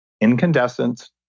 incandescent